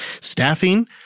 staffing